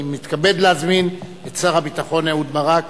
אני מתכבד להזמין את שר הביטחון אהוד ברק